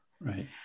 Right